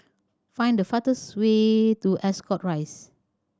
find the fastest way to Ascot Rise